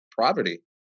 poverty